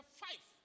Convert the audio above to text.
five